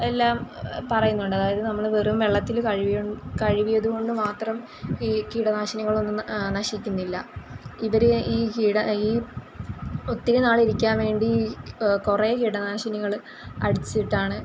എല്ലാം പറയുന്നുണ്ട് അതായത് നമ്മൾ വെറും വെള്ളത്തിൽ കഴുകി കഴുകിയതുകൊണ്ട് മാത്രം ഈ കീടനാശിനികൾ ഒന്നും ന നശിക്കുന്നില്ല ഇവർ ഈ കീട ഈ ഒത്തിരി നാൾ ഇരിക്കാൻ വേണ്ടി കുറേ കീടനാശിനികൾ അടിച്ചിട്ടാണ്